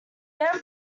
then